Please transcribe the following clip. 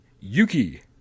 Yuki